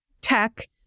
tech